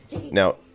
Now